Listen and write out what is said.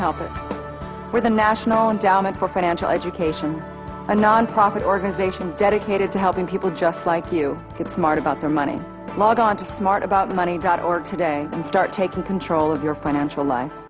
help it with a national endowment for financial education a nonprofit organization dedicated to helping people just like you get smart about their money log on to smart about money dot org today and start taking control of your financial